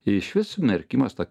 išvis smerkimas ta